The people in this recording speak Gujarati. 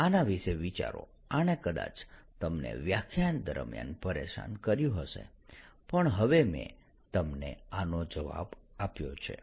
આના વિશે વિચારો આણે કદાચ તમને વ્યાખ્યાન દરમ્યાન પરેશાન કર્યું હશે પણ હવે મેં તમને આનો જવાબ આપ્યો છે